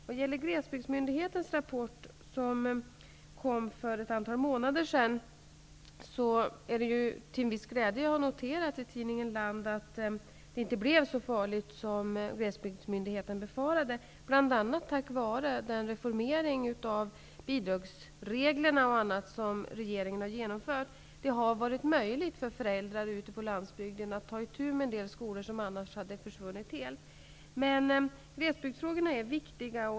Vad gäller Glesbygdsmyndighetens rapport, som kom för ett antal månader sedan, har jag till viss glädje noterat att tidningen Land konstaterat att det inte blev så farligt som Glesbygdsmyndigheten befarade, bl.a. tack vare den reformering av bidragsreglerna som regeringen har genomfört. Det har varit möjligt för föräldrar ute på landsbygden att ta itu med en del skolor som annars hade försvunnit helt. Glesbygdsfrågorna är viktiga.